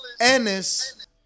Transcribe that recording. Ennis